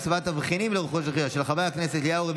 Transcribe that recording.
התשפ"ג 2023,